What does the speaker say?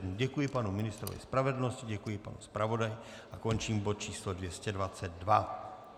Děkuji panu ministrovi spravedlnosti, děkuji panu zpravodaji a končím bod č. 222.